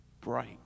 Bright